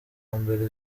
mbere